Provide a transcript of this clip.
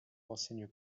renseigne